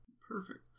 Perfect